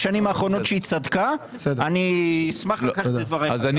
אני אשמח לקחת את דבריי חזרה, פעם אחת.